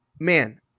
man